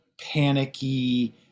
panicky